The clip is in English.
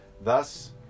Thus